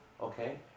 okay